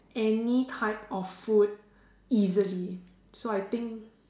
any type of food easily so I think